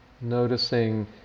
Noticing